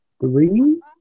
Three